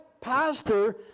pastor